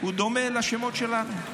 דומה לשמות שלנו.